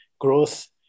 growth